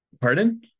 Pardon